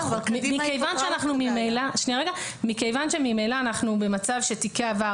מכיוון שממילא אנחנו במצב שתיקי עבר